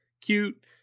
cute